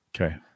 Okay